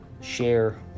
share